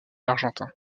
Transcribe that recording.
argentin